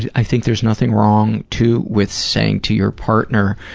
i think there's nothing wrong, too, with saying to your partner,